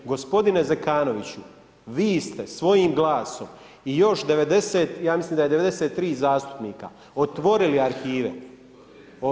Gospodine Zekanoviću, vi ste svojim glasom i još 90, ja mislim da je 93 zastupnika otvorili arhive.